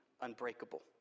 unbreakable